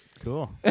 Cool